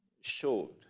showed